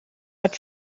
but